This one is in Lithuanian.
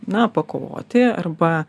na pakovoti arba